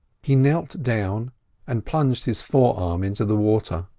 he knelt down and plunged his forearm into the water.